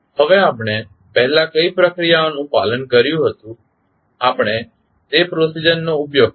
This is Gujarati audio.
હવે આપણે પહેલા કઈ પ્રક્રિયાઓનું પાલન કર્યું હતું આપણે તે પ્રક્રિયા નો ઉપયોગ કરીશું